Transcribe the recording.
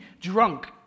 drunk